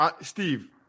Steve